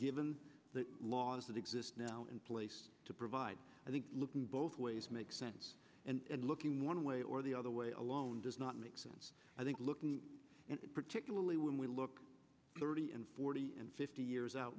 given the laws that exist now in place to provide i think looking both ways make sense and looking one way or the other way alone does not make sense i think looking particularly when we look thirty and forty and fifty years out